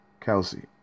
Kelsey